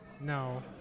No